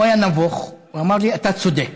הוא היה נבוך ואמר לי: אתה צודק.